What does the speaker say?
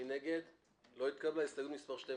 הסתייגות מספר